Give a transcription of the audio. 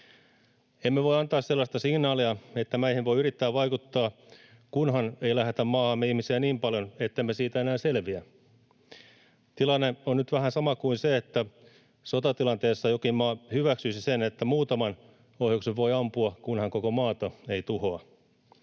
Emme voi antaa sellaista signaalia, että meihin voi yrittää vaikuttaa, kunhan ei lähetetä maahamme ihmisiä niin paljon, ettemme siitä enää selviä. Tilanne on nyt vähän sama kuin se, että sotatilanteessa jokin maa hyväksyisi sen, että muutaman ohjuksen voi ampua, kunhan koko maata ei tuhoa.